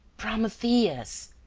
prometheus.